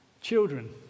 children